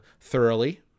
thoroughly